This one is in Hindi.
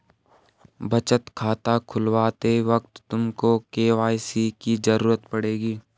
बचत खाता खुलवाते वक्त तुमको के.वाई.सी की ज़रूरत पड़ेगी